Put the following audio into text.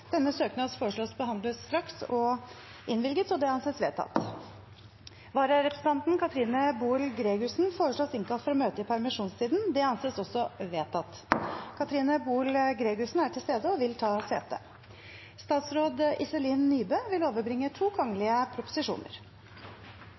Vararepresentanten, Katrine Boel Gregussen , innkalles for å møte i permisjonstiden. Katrine Boel Gregussen er til stede og vil ta sete.